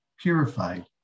purified